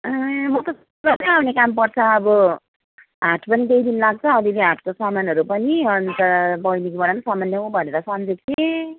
ए म त आउने काम पर्छ अब हाट पनि त्यही दिन लाग्छ अलिअलि हाटको सामानहरू पनि अन्त बैनीकोबाट पनि सामान ल्याउँ भनेर सम्झिएको थिएँ